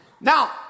Now